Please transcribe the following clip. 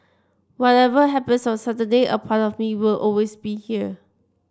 whatever happens on Saturday a part of me will always be here